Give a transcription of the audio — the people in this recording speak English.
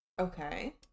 Okay